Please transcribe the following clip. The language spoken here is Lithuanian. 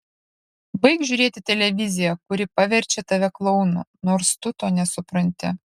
baik žiūrėti televiziją kuri paverčia tave klounu nors tu to nesupranti